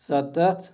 ستَتھ